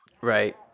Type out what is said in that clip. right